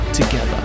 together